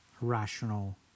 rational